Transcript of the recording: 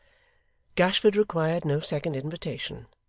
gashford required no second invitation,